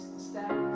stax